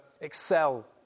excel